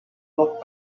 look